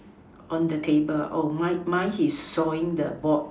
on the table mine mine is sawing the box